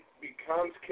becomes